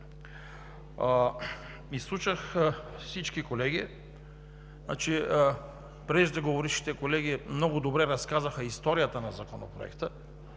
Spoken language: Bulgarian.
Изслушах всички колеги – преждеговорившите много добре разказаха историята на Законопроекта,